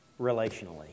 relationally